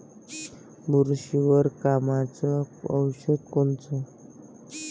बुरशीवर कामाचं औषध कोनचं?